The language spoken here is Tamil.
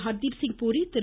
ஹர்தீப்சிங் பூரி திரு